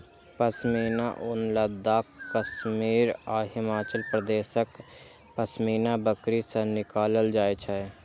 पश्मीना ऊन लद्दाख, कश्मीर आ हिमाचल प्रदेशक पश्मीना बकरी सं निकालल जाइ छै